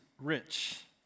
rich